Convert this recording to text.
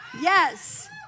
yes